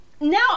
Now